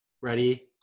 Ready